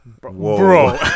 Bro